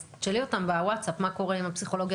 אז תשאלי אותם בוואטסאפ מה קורה עם הפסיכולוגיה